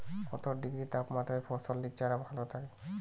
কত ডিগ্রি তাপমাত্রায় ফসলের চারা ভালো থাকে?